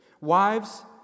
Wives